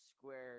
square